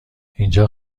اینجا